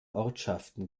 ortschaften